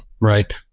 right